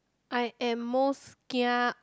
I am most kia